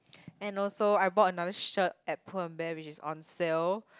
and also I bought another shirt at Pull and Bear which is on sale